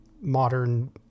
modern